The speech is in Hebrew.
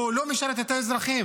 הוא לא משרת את האזרחים,